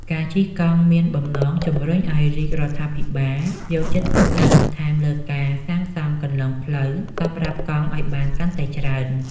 ការជិះកង់មានបំណងជម្រុញឱ្យរាជរដ្ឋាភិបាលយកចិត្តទុកដាក់បន្ថែមលើការសាងសង់គន្លងផ្លូវសម្រាប់កង់ឱ្យបានកាន់តែច្រើន។